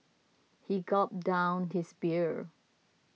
he gulped down his beer